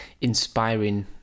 inspiring